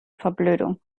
verblödung